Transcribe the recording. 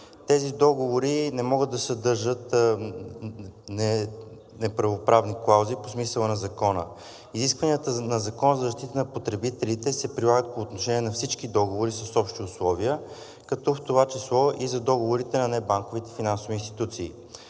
Тези договори не могат да съдържат неравноправни клаузи по смисъла на Закона. Изискванията на Закона за защита на потребителите се прилагат по отношение на всички договори с общи условия, като в това число и за договорите на небанковите финансови институции.